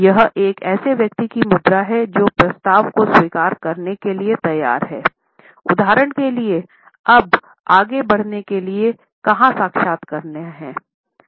यह एक ऐसे व्यक्ति की मुद्रा है जो प्रस्ताव को स्वीकार करने के लिए तैयार हैउदाहरण के लिए अब आगे बढ़ने के लिए कहाँ हस्ताक्षर करने हैं